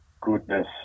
goodness